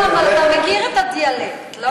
אתה מכיר את הדיאלקט, לא?